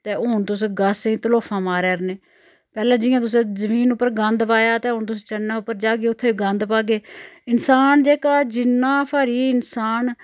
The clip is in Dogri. ते हून तुस गासै गी तलोफां मार'रने पैह्ले जियां तुसें जमीन उप्पर गन्द पाएआ ते हून तुस चन्नै उप्पर जाह्गे उत्थै गन्द पाह्गे इंसान जेह्का जिन्ना फरी इंसान